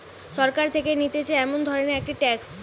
সরকার থেকে নিতেছে এমন ধরণের একটি ট্যাক্স